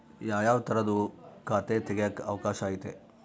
ಯಾವ್ಯಾವ ತರದುವು ಖಾತೆ ತೆಗೆಕ ಅವಕಾಶ ಐತೆ?